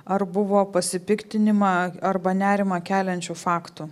ar buvo pasipiktinimą arba nerimą keliančių faktų